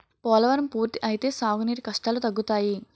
పోలవరం పూర్తి అయితే సాగు నీరు కష్టాలు తగ్గుతాయి